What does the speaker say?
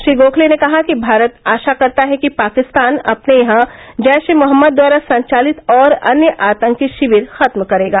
श्री गोखले ने कहा कि भारत आशा करता है कि पाकिस्तान अपने यहां जैश ए मोहम्मद द्वारा संचालित और अन्य आतंकी शिविर खत्म करेगा